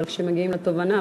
אבל כשמגיעים לתובנה,